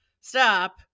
stop